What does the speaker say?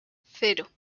cero